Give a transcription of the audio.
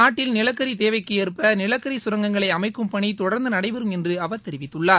நாட்டின் நிலக்கரி தேவைக்கேற்ப நிலக்கரிக்கரங்கங்களை அமைக்கும் பணி தொடர்ந்து நடைபெறும் என்று அவர் தெரிவித்துள்ளார்